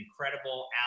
incredible